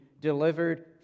delivered